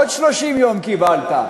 עוד 30 יום קיבלת.